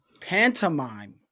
pantomime